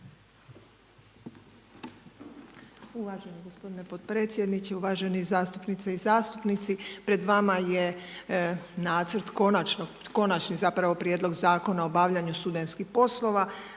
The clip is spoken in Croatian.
Uvaženi gospodine potpredsjedniče, uvažene zastupnice i zastupnici. Pred vama je nacrt Konačni prijedlog Zakona o obavljanju studentskih poslova.